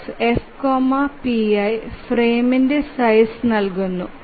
GCDF Pi ഫ്രെയിമിന്റെ size നൽകുന്നു